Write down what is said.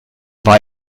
war